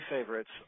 favorites